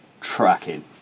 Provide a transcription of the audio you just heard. tracking